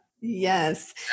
yes